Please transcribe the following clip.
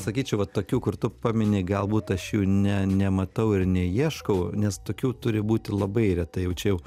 sakyčiau va tokių kur tu pamini galbūt aš jų ne nematau ir neieškau nes tokių turi būti labai retai jau čia jau